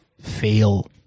fail